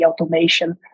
automation